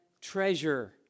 treasure